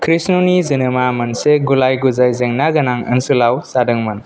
कृष्णनि जोनोमा मोनसे गुलाय गुजाय जेंना गोनां ओनसोलाव जादोंमोन